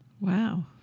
Wow